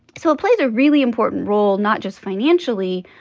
so it played a really important role, not just financially,